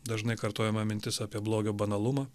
dažnai kartojama mintis apie blogio banalumą